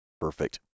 Perfect